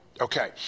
Okay